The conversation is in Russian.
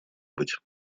быть